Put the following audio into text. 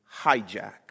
hijack